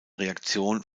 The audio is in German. reaktion